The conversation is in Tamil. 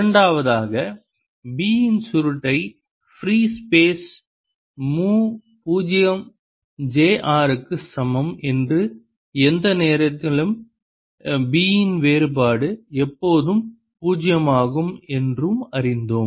இரண்டாவதாக B இன் சுருட்டை ஃப்ரீ ஸ்பேஸ் மு பூஜ்ஜிய j r க்கு சமம் என்றும் எந்த நேரத்திலும் B இன் வேறுபாடு எப்போதும் பூஜ்ஜியமாகும் என்றும் அறிந்தோம்